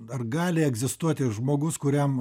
ar gali egzistuoti žmogus kuriam